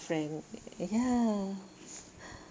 friend ya